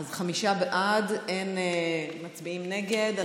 חמישה בעד, אין מצביעים נגד.